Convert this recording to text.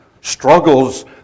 struggles